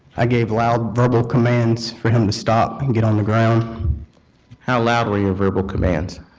i gave loud verbal commands for him to stop and get on the ground how loud were your verbal commands?